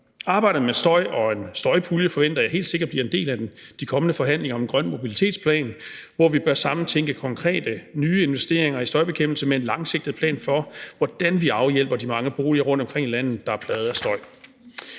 Arbejdet med støj og en støjpulje forventer jeg helt sikkert bliver en del af de kommende forhandlinger om en grøn mobilitetsplan, hvor vi bør sammentænke konkrete nye investeringer i støjbekæmpelse med en langsigtet plan for, hvordan vi afhjælper de mange boliger rundtomkring i landet, der er plaget af støj.